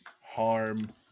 harm